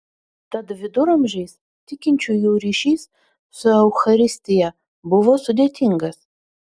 tad viduramžiais tikinčiųjų ryšys su eucharistija buvo sudėtingas